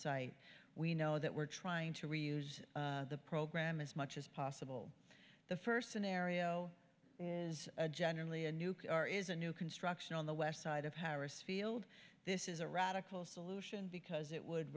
site we know that we're trying to reuse the program as much as possible the first scenario is generally a new car is a new construction on the west side of harris field this is a radical solution because it would